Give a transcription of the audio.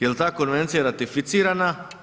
Jel ta konvencija ratificirana?